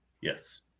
Yes